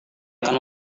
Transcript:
akan